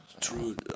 true